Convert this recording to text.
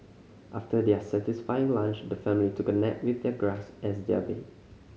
after their satisfying lunch the family took a nap with their grass as their bed